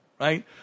right